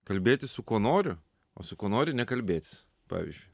kalbėtis su kuo noriu o su kuo nori nekalbėtis pavyzdžiui